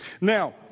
Now